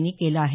यांनी केलं आहे